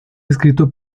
escrito